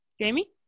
Jamie